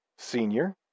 senior